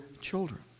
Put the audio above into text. children